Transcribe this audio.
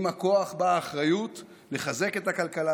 עם הכוח באה האחריות לחזק את הכלכלה,